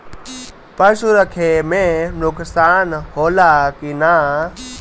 पशु रखे मे नुकसान होला कि न?